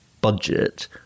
budget